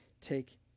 Take